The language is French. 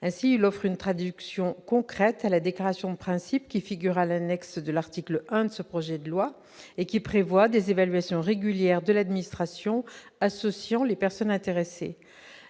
si l'offre une traduction concrète à la déclaration de principes qui figure à l'annexe de l'article 1 de ce projet de loi et qui prévoit des évaluations régulières de l'administration, associant les personnes intéressées